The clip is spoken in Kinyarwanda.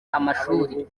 amashuri